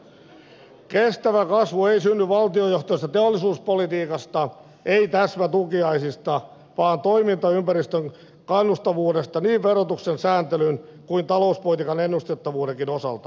kestävä kasvu ei synny valtiojohtoisesta teollisuuspolitiikasta ei täsmätukiaisista vaan toimintaympäristön kannustavuudesta niin verotuksen sääntelyn kuin talouspolitiikan ennustettavuudenkin osalta